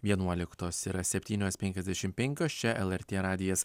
vienuoliktos yra septynios penkiasdešim penkios čia lrt radijas